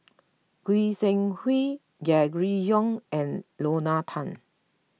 Goi Seng Hui Gregory Yong and Lorna Tan